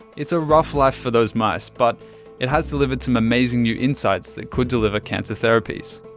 it's a rough life for those mice, but it has delivered some amazing new insights that could deliver cancer therapies.